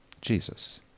Jesus